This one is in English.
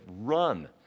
run